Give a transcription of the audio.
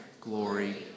glory